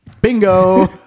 Bingo